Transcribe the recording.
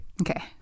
Okay